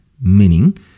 meaning